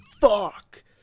fuck